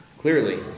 Clearly